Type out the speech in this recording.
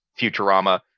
Futurama